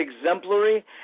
exemplary